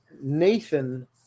Nathan